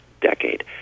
decade